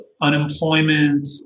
unemployment